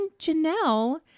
Janelle